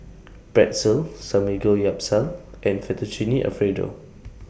Pretzel Samgeyopsal and Fettuccine Alfredo